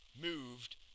moved